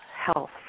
health